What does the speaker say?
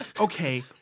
Okay